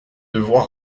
devoir